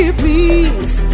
please